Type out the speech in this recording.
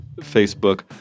Facebook